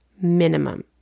minimum